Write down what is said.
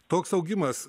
toks augimas